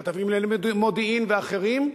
כתבים לענייני מודיעין ואחרים: